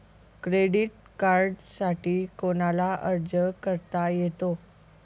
Credit कार्डसाठी कोणाला अर्ज करता येतो?